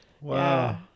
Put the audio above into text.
Wow